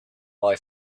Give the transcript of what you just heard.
boy